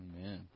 Amen